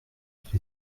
qu’il